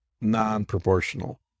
non-proportional